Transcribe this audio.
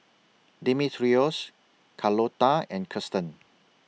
Demetrios Carlota and Kirsten